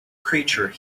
creature